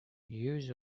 years